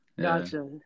Gotcha